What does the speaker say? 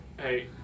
hey